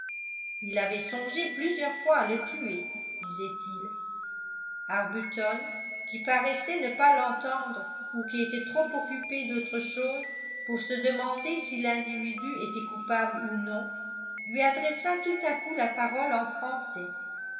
il avait songé plusieurs fois à le tuer disait-il arbuton qui paraissait ne pas l'entendre ou qui était trop occupé d'autre chose pour se demander si l'individu était coupable ou non lui adressa tout à coup la parole en français